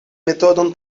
metodon